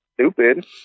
stupid